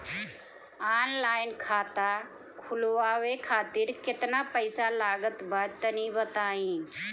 Online खाता खूलवावे खातिर केतना पईसा लागत बा तनि बताईं?